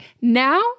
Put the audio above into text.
now